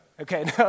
Okay